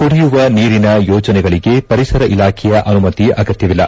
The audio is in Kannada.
ಕುಡಿಯುವ ನೀರಿನ ಯೋಜನೆಗಳಿಗೆ ಪರಿಸರ ಇಲಾಖೆಯ ಅನುಮತಿ ಅಗತ್ತವಿಲ್ಲ